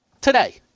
today